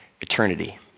eternity